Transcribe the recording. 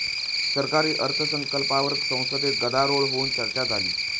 सरकारी अर्थसंकल्पावर संसदेत गदारोळ होऊन चर्चा झाली